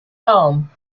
home